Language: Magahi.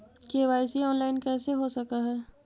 के.वाई.सी ऑनलाइन कैसे हो सक है?